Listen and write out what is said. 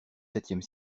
septième